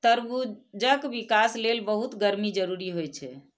तरबूजक विकास लेल बहुत गर्मी जरूरी होइ छै